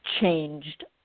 changed